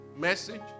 Message